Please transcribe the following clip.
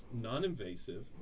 non-invasive